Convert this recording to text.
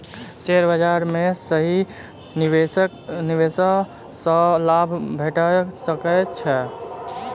share बाजार में सही निवेश सॅ लाभ भेट सकै छै